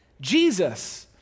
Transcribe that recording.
Jesus